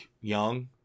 young